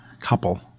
Couple